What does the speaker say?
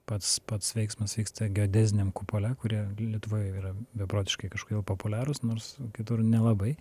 pats pats veiksmas vyksta geodeziniam kupole kurie lietuvoj yra beprotiškai kažkodėl populiarūs nors kitur nelabai